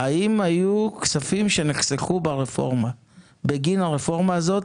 האם היו כספים שנחסכו ברפורמה בגין הרפורמה הזאת